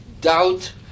doubt